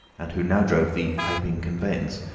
and who now drove the iping conveyance,